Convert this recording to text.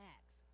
Acts